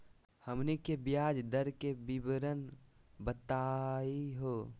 हमनी के ब्याज दर के विवरण बताही हो?